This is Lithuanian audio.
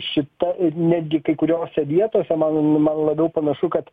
šita netgi kai kuriose vietose man man la labiau panašu kad